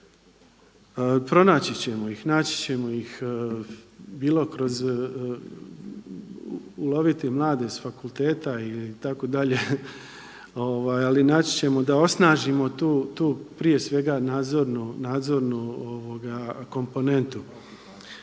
Pronaći ćemo ih, naći ćemo ih, bilo kroz, uloviti mlade s fakulteta itd., ali naći ćemo da osnažimo tu, tu prije svega nadzornu komponentu.